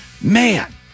Man